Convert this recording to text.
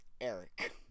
Eric